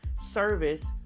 service